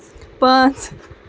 پانٛژھ